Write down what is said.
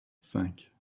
cinq